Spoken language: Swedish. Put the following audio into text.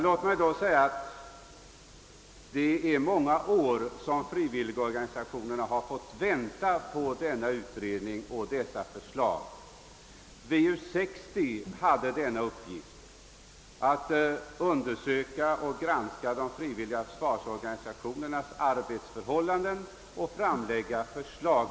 Låt mig svara att frivilligorganisationerna under många år väntat på utredning och förslag i detta avseende. VU 60 hade bl.a. till uppgift att granska de frivilliga försvarsorganisationernas arbetsförhållanden och framlägga förslag.